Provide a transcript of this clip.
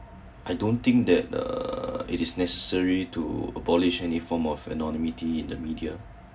I don't think that err it is necessary to uh abolish any form of anonymity in the media